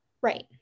Right